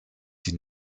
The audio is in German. die